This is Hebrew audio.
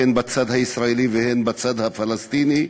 הן בצד הישראלי והן בצד הפלסטיני.